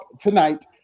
tonight